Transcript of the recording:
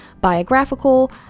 biographical